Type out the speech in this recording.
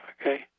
okay